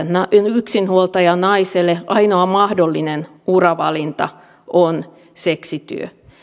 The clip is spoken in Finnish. yksinhuoltajanaiselle ainoa mahdollinen uravalinta on seksityö